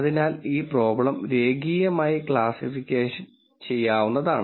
അതിനാൽ ഈ പ്രോബ്ലം രേഖീയമായി ക്ലാസ്സിഫൈ ചെയ്യാവുന്നതാണ്